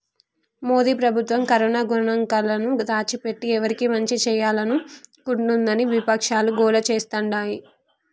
మోదీ ప్రభుత్వం కరోనా గణాంకాలను దాచిపెట్టి ఎవరికి మంచి చేయాలనుకుంటోందని విపక్షాలు గోల చేస్తాండాయి